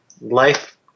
life